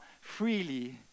freely